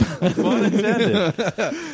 intended